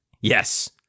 yes